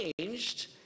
changed